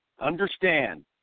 Understand